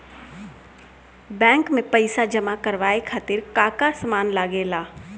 Bank में पईसा जमा करवाये खातिर का का सामान लगेला?